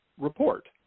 report